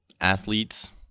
athletes